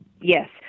Yes